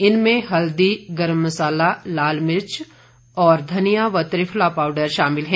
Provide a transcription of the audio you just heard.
इनमें हल्दी गर्म मसाला लाल मिर्च और धनिया व त्रिफला पाउडर शामिल हैं